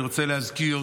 אני רוצה להזכיר,